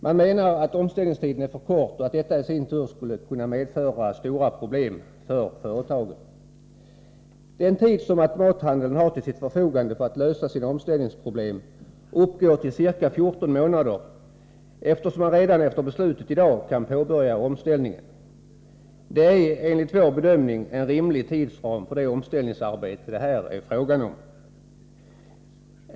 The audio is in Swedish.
Man menar att omställningstiden är för kort och att detta i sin tur skulle kunna medföra stora problem för företagen. Den tid som automathandeln har till förfogande för att lösa sina omställningsproblem uppgår till ca 14 månader, eftersom man redan efter beslutet i dag kan påbörja omställningen. Det är enligt vår bedömning en rimlig tidsram för det omställningsarbete det här är fråga om.